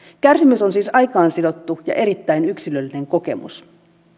kärsimys on siis aikaan sidottu ja erittäin yksilöllinen kokemus